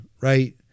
right